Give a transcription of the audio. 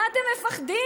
מה אתם מפחדים?